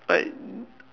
like